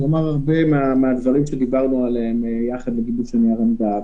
הוא אמר הרבה מהדברים שדיברנו יחד בגיבוש נייר העמדה.